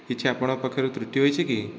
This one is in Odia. କିଛି ଆପଣଙ୍କ ପକ୍ଷରୁ ତ୍ରୁଟି ହୋଇଛି କି